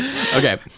Okay